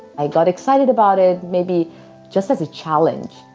i got excited about it, maybe just as a challenge,